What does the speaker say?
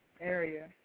area